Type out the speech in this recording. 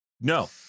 No